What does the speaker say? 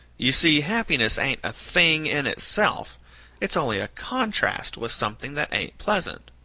you see, happiness ain't a thing in itself it's only a contrast with something that ain't pleasant.